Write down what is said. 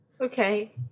Okay